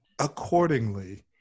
accordingly